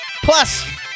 Plus